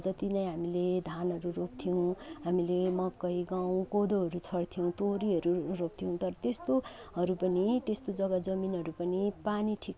जति नै हामीले धानहरू रोप्थ्यौँ हामीले मकै गहुँ कोदोहरू छार्थ्यौँ तोरीहरू रोप्थ्यौँ तर त्यस्तोहरू पनि त्यस्तो जग्गा जमिनहरू पनि पानी ठिक